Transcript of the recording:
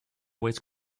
weights